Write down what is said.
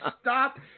stop